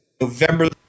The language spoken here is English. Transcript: November